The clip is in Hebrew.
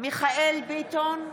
מיכאל מרדכי ביטון,